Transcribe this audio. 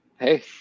hey